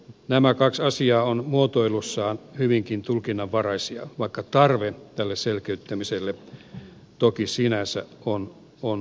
nämä kaksi asiaa ovat muotoilussaan hyvinkin tulkinnanvaraisia vaikka tarve tälle selkeyttämiselle toki sinänsä on olemassa